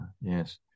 yes